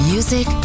Music